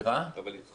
דרך